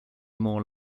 more